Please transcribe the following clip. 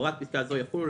הוראות פסקה זו יחולו,